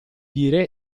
dire